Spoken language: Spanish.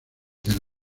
del